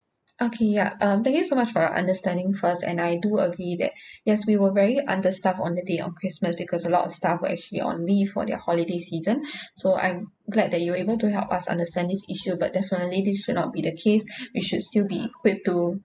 okay yup um thank you so much for your understanding first and I do agree that yes we were very under staff on the day of christmas because a lot of staff were actually on leave for their holiday season so I'm glad that you able to help us understand this issue but definitely this should not be the case we should still be equipped to